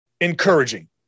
encouraging